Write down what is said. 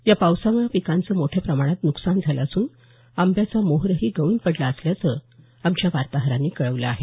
या पावसामुळं पिकांचं मोठ्या प्रमाणात न्कसान झालं असून आंब्याचा मोहरही गळून पडला असल्याचं आमच्या वार्ताहरांनी कळवलं आहे